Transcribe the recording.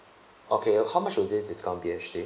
okay uh how much will this is actually